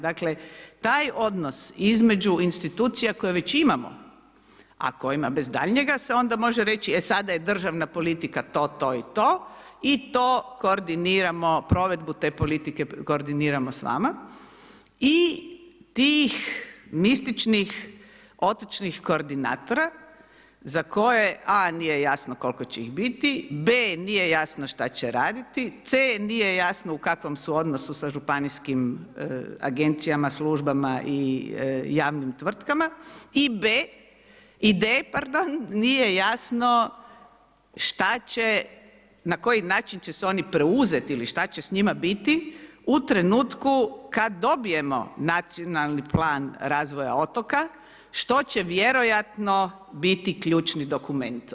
Dakle taj odnos između institucija koje već imamo a kojima bez daljnjega se onda može reći, e sada je državna politika to, to i to i to koordiniramo provedbu te politiku koordiniramo s vama i tih mističkih otočnih koordinatora, za koje A nije jasno koliko će ih biti, B nije jasno što će raditi, C nije jasno u kakvom su odnosu sa županijskim agencijama, službama i javnim tvrtkama i B i D, pardon, nije jasno, što će, na koji način će se oni preuzeti ili šta će s njima biti u trenutku, kada dobijemo nacionalni plan razvoja otoka, što će vjerojatno biti ključni dokument.